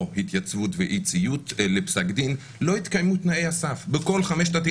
התייצבות ואי ציות לפסק דין; לא התקיימו תנאי הסף בכל חמשת התיקים.